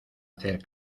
hacer